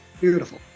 beautiful